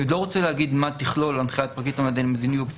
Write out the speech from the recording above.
אני עוד לא רוצה להגיד מה תכלול הנחיית פרקליט המדינה בדיוק